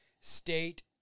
state